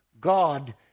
God